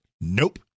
Nope